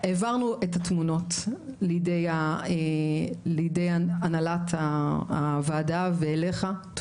שהעברנו את התמונות לידי הנהלת הוועדה ואליך,